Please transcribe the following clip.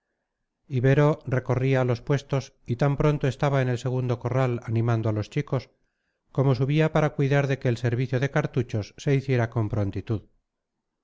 ibero recorría los puestos y tan pronto estaba en el segundo corral animando a los chicos como subía para cuidar de que el servicio de cartuchos se hiciera con prontitud